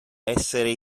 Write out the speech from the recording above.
essere